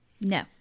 No